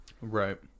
Right